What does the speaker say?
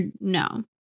no